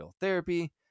therapy